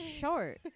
short